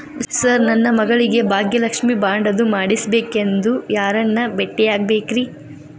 Sir ನನ್ನ ಮಗಳಿಗೆ Bhagyalakshmi bond ಅದು ಮಾಡಿಸಬೇಕೆಂದು ಯಾರನ್ನ ಭೇಟಿಯಾಗಬೇಕ್ರಿ?